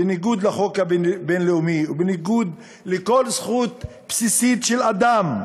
בניגוד לחוק הבין-לאומי ובניגוד לכל זכות בסיסית של אדם,